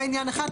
זה עניין אחד.